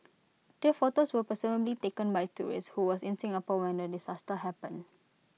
the photos were presumably taken by A tourist who was in Singapore when the disaster happened